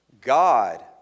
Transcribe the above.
God